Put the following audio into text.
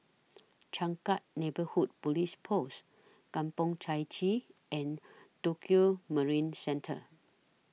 Changkat Neighbourhood Police Post Kampong Chai Chee and Tokio Marine Centre